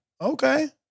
Okay